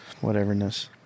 whateverness